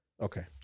okay